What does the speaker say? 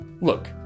Look